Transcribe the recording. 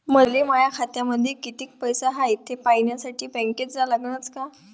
मले माया खात्यामंदी कितीक पैसा हाय थे पायन्यासाठी बँकेत जा लागनच का?